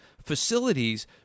facilities